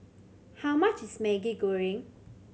how much is Maggi Goreng